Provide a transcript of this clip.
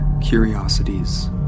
curiosities